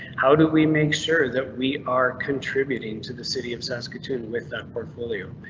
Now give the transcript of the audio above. how do we make sure that we are contributing to the city of saskatoon with that portfolio?